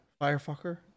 firefucker